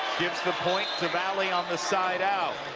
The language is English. gives the point to valley on the side out